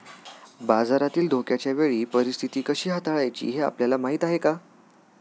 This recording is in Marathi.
बाजारातील धोक्याच्या वेळी परीस्थिती कशी हाताळायची हे आपल्याला माहीत आहे का?